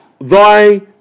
thy